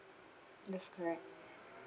that's correct